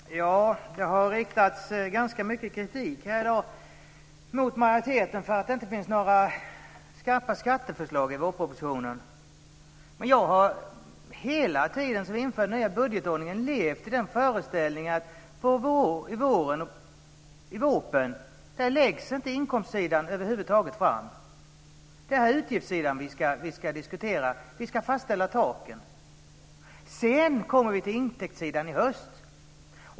Fru talman! Det har riktats ganska mycket kritik här i dag mot majoriteten för att det inte finns några skarpa skatteförslag i vårpropositionen. Jag har hela tiden sedan vi införde den nya budgetordningen levt i föreställningen att i VÅP:en läggs inte inkomstsidan fram över huvud taget. Det är utgiftssidan vi ska diskutera. Vi ska fastställa taken. Sedan kommer vi till intäktssidan i höst.